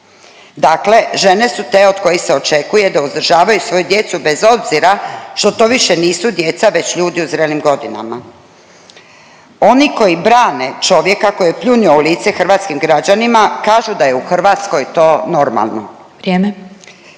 Dakle žene su te od kojih se očekuje da uzdržavaju svoju djecu bez obzira što to više nisu djeca već ljudi u zrelim godinama. Oni koji brane čovjeka koji je pljunuo u lice hrvatskim građanima, kažu da je u Hrvatskoj to normalno.